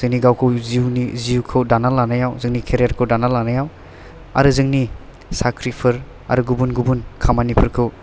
जोंनि गावखौ जिउनि जिउखौ दाना लानायाव जोंनि केरियार खौ दाना लानायाव आरो जोंनि साख्रिफोर आरो गुबुन गुबुन खामानिफोरखौ